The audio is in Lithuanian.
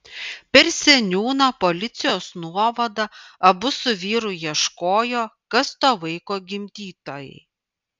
per seniūną policijos nuovadą abu su vyru ieškojo kas to vaiko gimdytojai